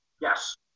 Yes